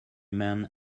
man